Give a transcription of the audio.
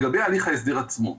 לגבי הליך ההסדר עצמו.